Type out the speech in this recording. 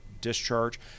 discharge